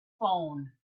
phone